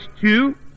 two